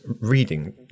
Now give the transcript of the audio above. reading